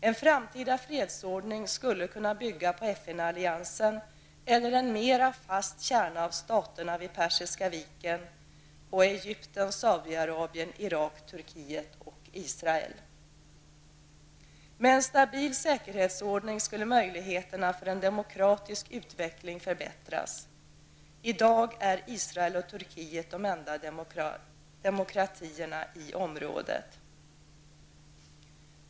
En framtida fredsordning skulle kunna bygga på FN-alliansen eller en mera fast kärna av staterna vid Persiska viken, Egypten, Saudiarabien, Irak, Turkiet och Israel. Med en stabil säkerhetsordning skulle möjligheterna för en demokratisk utveckling förbättras. I dag är Israel och Turkiet de enda demokratierna i området.